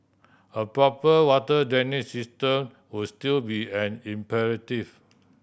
a proper water drainage system would still be an imperative